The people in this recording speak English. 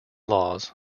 laws